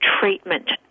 treatment